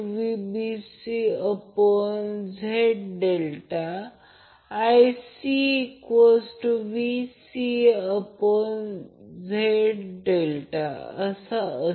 हे खूप सोपे आहे कारण जर हे b आहे आणि हे a आहे तर जर हे Vab असेल तर आणि हे समान आहे कारण येथे आणि हे काहीही जोडलेले नाही आणि हा B आहे म्हणून येथे काहीही जोडलेले नाही तर Vab Vab त्याचप्रमाणे bc ca साठी